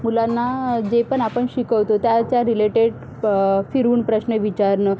मुलांना जे पण आपण शिकवतो त्याच्या रिलेटेड फिरवून प्रश्न विचारणं